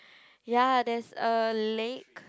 ya there's a lake